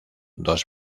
dos